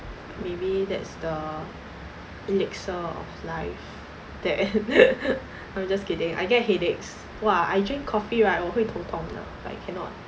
maybe that's the elixir of life that I'm just kidding I get headaches !wah! I drink coffee right 我会头痛的 like cannot